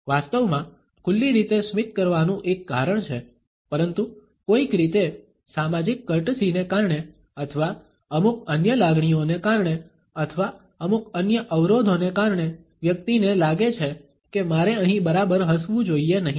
વાસ્તવમાં ખુલ્લી રીતે સ્મિત કરવાનું એક કારણ છે પરંતુ કોઈક રીતે સામાજિક કર્ટસી ને કારણે અથવા અમુક અન્ય લાગણીઓને કારણે અથવા અમુક અન્ય અવરોધોને કારણે વ્યક્તિને લાગે છે કે મારે અહીં બરાબર હસવું જોઈએ નહીં